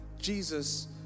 Jesus